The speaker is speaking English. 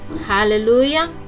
Hallelujah